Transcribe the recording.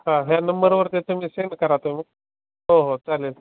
हां ह्या नंबरवर ते तुम्ही सेंड करा तो मग हो हो चालेल